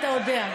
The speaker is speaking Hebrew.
אתה יודע.